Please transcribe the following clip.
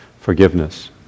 forgiveness